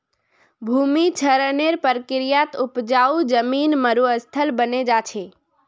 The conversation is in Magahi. भूमि क्षरनेर प्रक्रियात उपजाऊ जमीन मरुस्थल बने जा छे